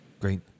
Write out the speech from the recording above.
Great